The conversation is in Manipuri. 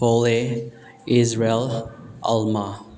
ꯄꯣꯂꯦ ꯏꯖꯔꯦꯜ ꯑꯜꯃꯥ